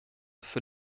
für